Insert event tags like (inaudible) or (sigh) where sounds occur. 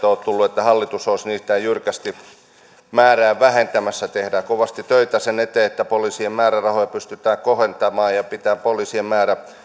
(unintelligible) ole tullut että hallitus olisi jyrkästi niiden määrää vähentämässä vaan tehdään kovasti töitä sen eteen että poliisien määrärahoja pystytään kohentamaan ja pitämään poliisien määrä